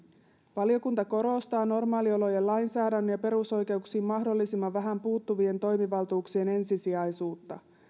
valiokunta korostaa normaaliolojen lainsäädännön ja perusoikeuksiin mahdollisimman vähän puuttuvien toimivaltuuksien ensisijaisuutta